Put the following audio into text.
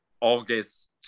August